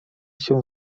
się